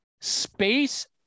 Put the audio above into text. Space